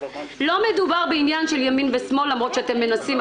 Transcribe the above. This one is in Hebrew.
לא מדובר בעניין של ימין ושמאל למרות שאתם מנסים.